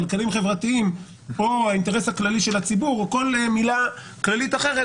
כלכליים חברתיים או האינטרס הכללי של הציבור או כל מילה כללית אחרת,